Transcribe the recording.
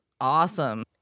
awesome